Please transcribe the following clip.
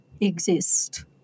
exist